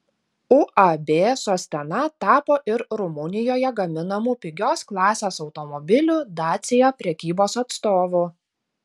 uab sostena tapo ir rumunijoje gaminamų pigios klasės automobilių dacia prekybos atstovu